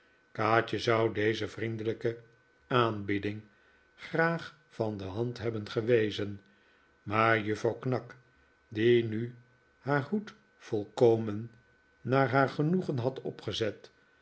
kaatje zou deze vriendelijke aanbieding graag van de hand hebben gewezen maar juffrouw knag die nu haar hoed volkomen naar haar genoegen had opgezet